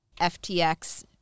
FTX